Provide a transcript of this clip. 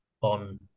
on